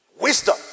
Wisdom